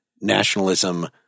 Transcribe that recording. nationalism